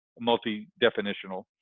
multi-definitional